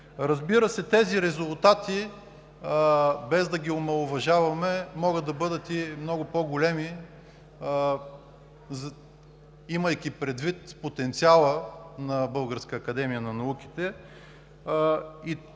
науките. Тези резултати, без да ги омаловажаваме, могат да бъдат много по-големи, имайки предвид потенциала на Българската академия на науките,